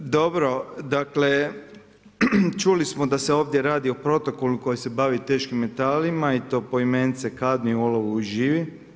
Dobro, dakle čuli smo da se ovdje radi o protokolu koji se bavi teškim metalima i to poimence kadmiju, olovu i živi.